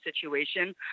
situation